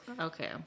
okay